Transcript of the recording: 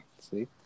see